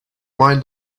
mind